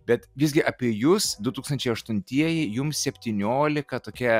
bet visgi apie jus du tūkstančiai aštuntieji jums septyniolika tokia